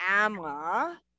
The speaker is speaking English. Emma